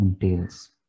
entails